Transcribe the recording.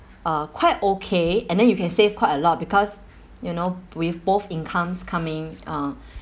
uh quite okay and then you can save quite a lot because you know with both incomes coming uh